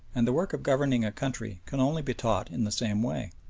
and the work of governing a country can only be taught in the same way.